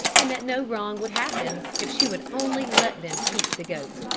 and that no wrong would happen, if she would only let them keep the goat.